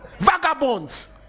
Vagabonds